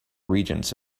regents